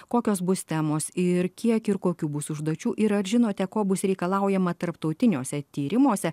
kokios bus temos ir kiek ir kokių bus užduočių ir ar žinote ko bus reikalaujama tarptautiniuose tyrimuose